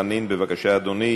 חבר הכנסת חנין, בבקשה, אדוני.